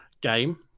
game